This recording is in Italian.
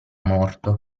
morto